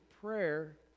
prayer